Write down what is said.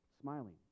smiling